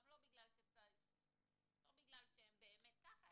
גם לא בגלל שהם באמת ככה,